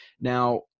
now